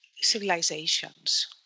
civilizations